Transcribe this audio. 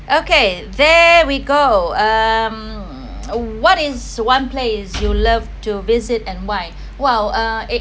okay there we go um what is one place you love to visit and why well uh